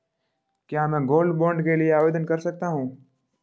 क्या मैं gold bond के लिए आवेदन कर सकता हूं?